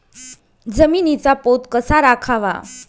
जमिनीचा पोत कसा राखावा?